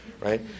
right